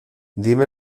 dime